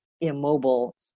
Immobile